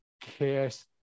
cares